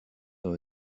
dans